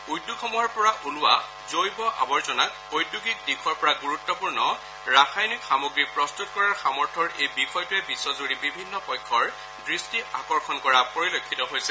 উদ্যোগসমূহৰ পৰা ওলোৱা জৈৱ আৱৰ্জনাক ঔদ্যোগিক দিশৰ পৰা গুৰুত্বপূৰ্ণ ৰাসায়ানিক সামগ্ৰী প্ৰস্তত কৰাৰ সামৰ্থ্যৰ এই বিষয়টোৱে বিশ্বজুৰি বিভিন্ন পক্ষৰ দৃষ্টি আকৰ্ষণ কৰা পৰিলক্ষিত হৈছে